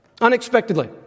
unexpectedly